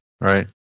right